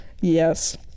yes